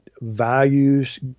values